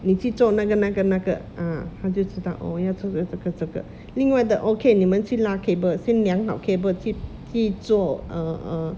你去做那个那个那个 ah 他就知道 orh 要这个这个这个另外的 okay 你们去拉 cable 先量好 cable 去去做 err err